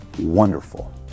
Wonderful